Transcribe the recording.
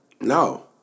No